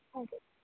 okay